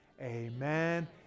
Amen